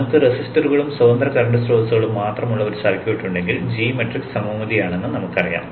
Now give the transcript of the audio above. നമുക്ക് റെസിസ്റ്ററുകളും സ്വതന്ത്ര കറന്റ് സ്രോതസ്സുകളും മാത്രമുള്ള ഒരു സർക്യൂട്ട് ഉണ്ടെങ്കിൽ g മാട്രിക്സ് സമമിതിയാണെന്ന് നമുക്കറിയാം